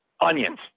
Onions